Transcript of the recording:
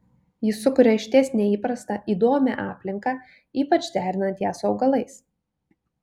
ji sukuria išties neįprastą įdomią aplinką ypač derinant ją su augalais